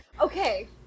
Okay